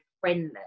friendly